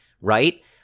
right